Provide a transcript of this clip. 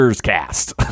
Cast